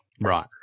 right